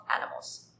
animals